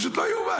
פשוט לא ייאמן.